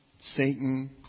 Satan